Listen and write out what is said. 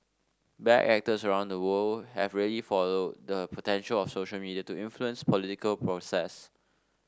bad actors around the world have really followed the potential of social media to influence political process